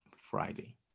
Friday